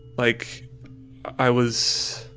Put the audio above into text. like i was